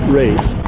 race